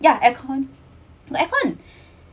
ya aircon got aircon